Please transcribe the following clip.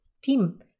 team